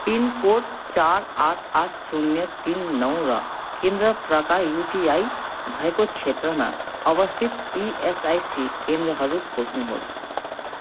pin code चार आठ आठ शून्य तिन नौ र केन्द्र प्रकार युटिआई भएको क्षेत्रमा अवस्थित इएसआइसी केन्द्रहरू खोज्नुहोस्